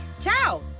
ciao